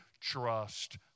trust